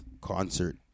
concert